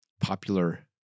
popular